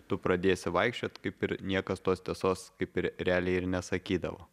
tu pradėsi vaikščiot kaip ir niekas tos tiesos kaip ir realiai ir nesakydavo